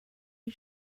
you